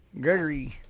Gregory